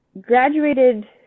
graduated